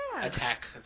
attack